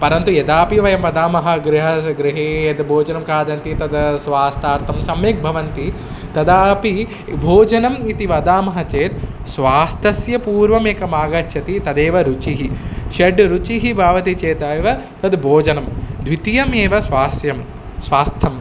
परन्तु यदापि वयं वदामः गृह गृहे यद् भोजनं खादन्ति तद् स्वास्थ्यार्थं सम्यक् भवन्ति तदापि भोजनम् इति वदामः चेत् स्वास्थ्यस्य पूर्वमेकम् आगच्छति तदेव रुचिः षड् रुचिः भवति चेदेव तद् भोजनं द्वितीयमेव स्वास्यं स्वास्थ्यम्